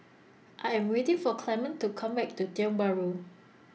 I Am waiting For Clement to Come Back to Tiong Bahru